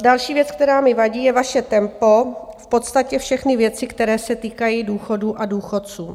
Další věc, která mi vadí, je vaše tempo, v podstatě všechny věci, které se týkají důchodů a důchodců.